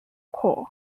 core